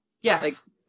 yes